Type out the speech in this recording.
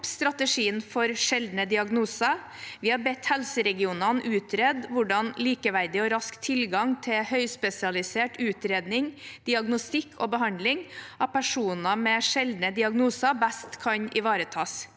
strategien for sjeldne diagnoser. Vi har bedt helseregionene utrede hvordan likeverdig og rask tilgang til høyspesialisert utredning, diagnostikk og behandling av personer med sjeldne diagnoser best kan ivaretas.